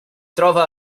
trova